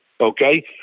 Okay